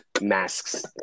masks